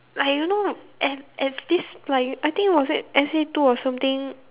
like you know S S this like I think was it S_A two or something